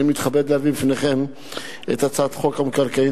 אני קובע שחוק התוכנית להבראת כלכלת ישראל (תיקוני חקיקה להשגת